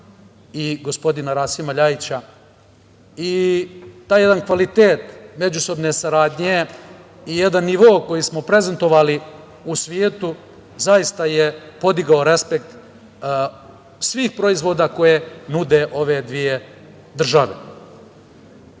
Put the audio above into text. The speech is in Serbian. i gospodina, Rasima Ljajića. Taj jedan kvalitet međusobne saradnje i jedan nivo koji smo prezentovali u svetu zaista je podigao respekt svih proizvoda koje nude ove dve